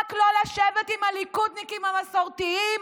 רק לא לשבת עם הליכודניקים המסורתיים,